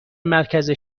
مرکز